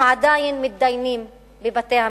הם עדיין מתדיינים בבתי-המשפט.